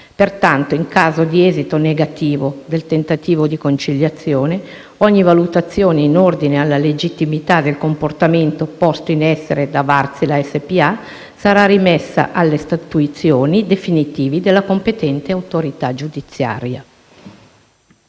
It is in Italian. Pertanto, in caso di esito negativo del tentativo di conciliazione, ogni valutazione in ordine alla legittimità del comportamento posto in essere da Wärtsilä SpA sarà rimessa alle statuizioni definitive della competente autorità giudiziaria.